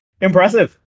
Impressive